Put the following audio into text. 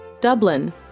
Dublin